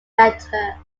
better